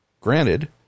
Granted